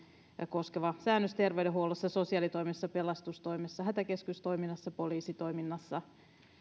ja vuosilomalakia koskevat säännökset terveydenhuollossa sosiaalitoimessa pelastustoimessa hätäkeskustoiminnassa ja poliisitoiminnassa